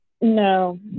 No